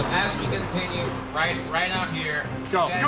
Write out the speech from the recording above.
we continue right right out here. go.